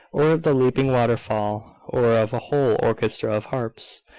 or of the leaping waterfall, or of a whole orchestra of harps,